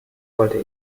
wollte